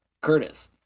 Curtis